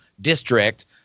district –